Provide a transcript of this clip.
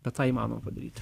bet tą įmanoma padaryti